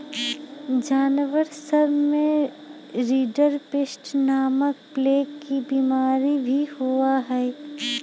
जानवर सब में रिंडरपेस्ट नामक प्लेग के बिमारी भी होबा हई